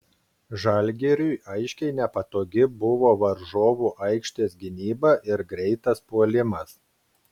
žalgiriui aiškiai nepatogi buvo varžovų aikštės gynyba ir greitas puolimas